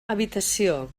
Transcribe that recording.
habitació